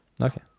okay